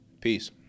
Peace